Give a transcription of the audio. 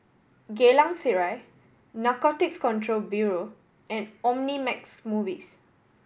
Geylang Serai Narcotics Control Bureau and Omnimax Movies